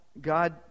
God